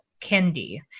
Kendi